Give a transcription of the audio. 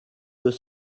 deux